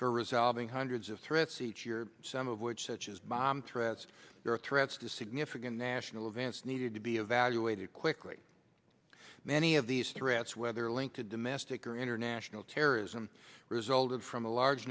for resolving hundreds of threats each year some of which such as bomb threats are threats to significant national events needed to be evaluated quickly many of these threats whether linked to domestic or international terrorism resulted from a large